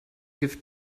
give